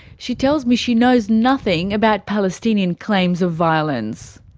she tells me she knows nothing about palestinian claims of violence.